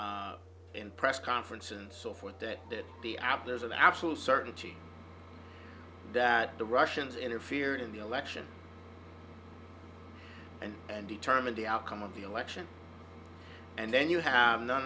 said in press conference and so forth that the out there is an absolute certainty that the russians interfere in the election and and determine the outcome of the election and then you have none